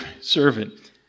servant